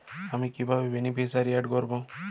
আমি কিভাবে beneficiary add করব?